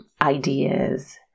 ideas